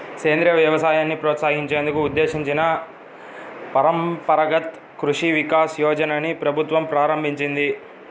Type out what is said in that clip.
సేంద్రియ వ్యవసాయాన్ని ప్రోత్సహించేందుకు ఉద్దేశించిన పరంపరగత్ కృషి వికాస్ యోజనని ప్రభుత్వం ప్రారంభించింది